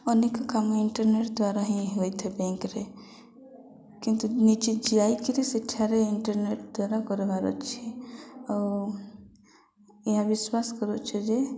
ଅନେକ କାମ ଇଣ୍ଟରନେଟ୍ ଦ୍ୱାରା ହିଁ ହୋଇଥାଏ ବ୍ୟାଙ୍କରେ କିନ୍ତୁ ନିଜେ ଯାଇକିରି ସେଠାରେ ଇଣ୍ଟରନେଟ ଦ୍ୱାରା କରବାର ଅଛି ଆଉ ଏହା ବିଶ୍ୱାସ କରୁଛେ ଯେ